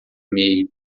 meio